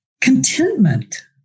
Contentment